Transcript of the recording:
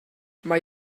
mae